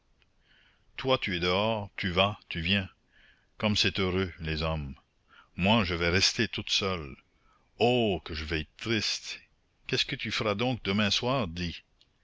toi tu es dehors tu vas tu viens comme c'est heureux les hommes moi je vais rester toute seule oh que je vais être triste qu'est-ce que tu feras donc demain soir dis